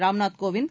Ramnath Kovind